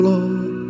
Lord